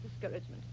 discouragement